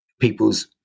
people's